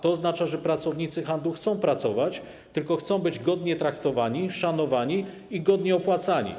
To oznacza, że pracownicy handlu chcą pracować, tylko chcą być godnie traktowani, szanowani i godnie opłacani.